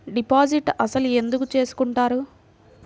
Deposit అసలు ఎందుకు చేసుకుంటారు?